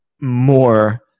more